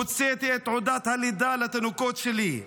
הוצאתי את תעודת הלידה לתינוקות שלי.